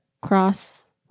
cross